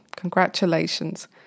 Congratulations